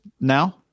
now